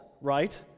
right